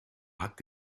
hat